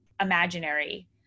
imaginary